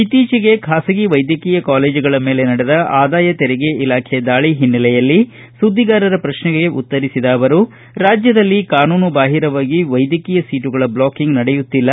ಇತ್ತೀಚೆಗೆ ಖಾಸಗಿ ವೈದ್ಯಕೀಯ ಕಾಲೇಜುಗಳ ಮೇಲೆ ನಡೆದ ಆದಾಯ ತೆರಿಗೆ ಇಲಾಖೆ ದಾಳಿ ಹಿನ್ನೆಲೆಯಲ್ಲಿ ಸುದ್ದಿಗಾರರ ಪ್ರಶ್ನೆಗಳಿಗೆ ಉತ್ತರಿಸಿದ ಅವರು ರಾಜ್ಯದಲ್ಲಿ ಕಾನೂನುಬಾಹಿರವಾಗಿ ವೈದ್ಯಕೀಯ ಸೀಟುಗಳ ಬ್ಲಾಕಿಂಗ್ ನಡೆಯುತ್ತಿಲ್ಲ